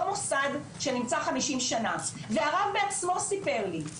מוסד שנמצא 50 שנה והרב בעצמו סיפר לי,